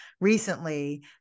recently